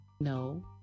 No